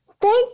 thank